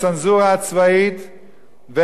ואת הצבא ואת הממשלה,